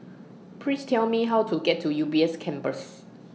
Please Tell Me How to get to U B S Campus